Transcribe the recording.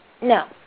No